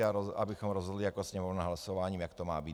A abychom rozhodli jako Sněmovna hlasováním, jak to má být.